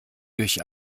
durch